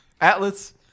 Atlas